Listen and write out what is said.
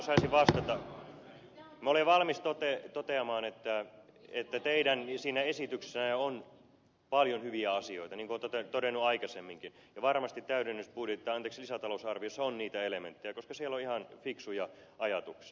minä olen valmis toteamaan että siinä teidän esityksessänne on paljon hyviä asioita niin kuin olen todennut jo aikaisemminkin ja varmasti lisätalousarviossa on niitä elementtejä koska siellä on ihan fiksuja ajatuksia